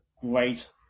great